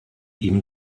ihm